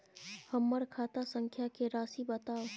हमर खाता संख्या के राशि बताउ